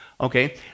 okay